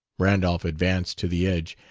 randolph advanced to the edge,